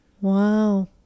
wow